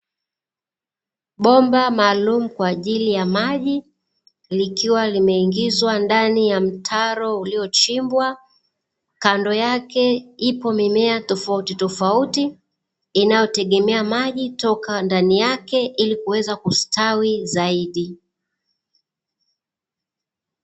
Bomba maalumu kwa ajili ya maji, likiwa limeingizwa ndani ya mtaro uliochimbwa, kando yake ipo mimea tofautitofauti , inayotegemea maji toka ndani yake ili kuweza kustawi zaidi.